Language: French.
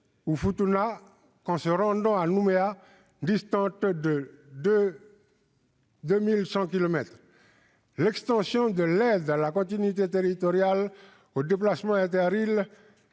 de Futuna que s'ils se rendent à Nouméa, distante de 2 100 kilomètres. L'extension de l'aide à la continuité territoriale aux déplacements inter-îles